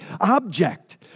object